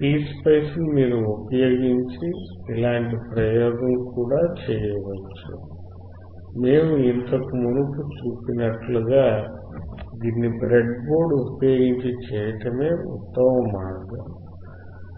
PSPice ను మీరు ఉపయోగించి ఇలాంటి ప్రయోగం కూడా చేయవచ్చు మేము ఇంతకు మునుపు చూసినట్లుగా దీన్ని బ్రెడ్బోర్డ్ ఉపయోగించి చేయటమే ఉత్తమ మార్గం